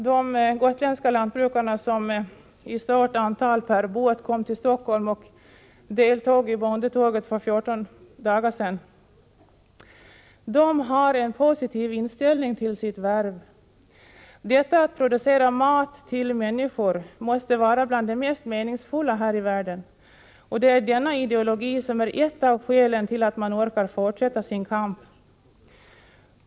De gotländska lantbrukarna, som i stort antal kom till Stockholm per båt och deltog i bondetåget för 14 dagar sedan, har en positiv inställning till sitt värv. Detta att producera mat till människor måste vara bland det mest meningsfulla här i världen, och det är denna ideologi som är ett av skälen till att de orkar fortsätta sin kamp.